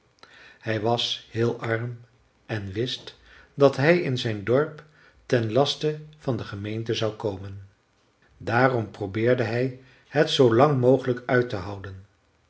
hij was heel arm en wist dat hij in zijn dorp ten laste van de gemeente zou komen daarom probeerde hij het zoo lang mogelijk uit te houden